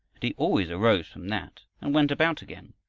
and he always arose from that and went about again.